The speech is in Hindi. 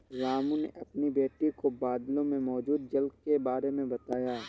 रामू ने अपनी बेटी को बादलों में मौजूद जल के बारे में बताया